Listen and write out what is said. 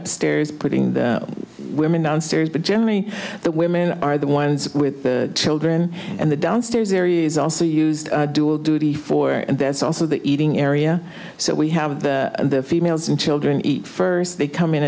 upstairs putting the women downstairs but generally the women are the ones with the children and the downstairs area is also used dual duty for and that's also the eating area so we have the females and children eat first they come in